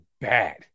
bad